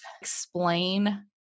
explain